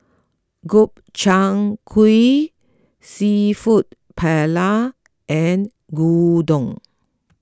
Gobchang Gui Seafood Paella and Gyudon